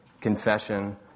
confession